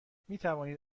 میتوانید